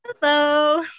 Hello